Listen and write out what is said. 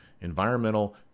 Environmental